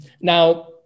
now